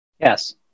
Yes